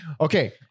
Okay